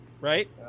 Right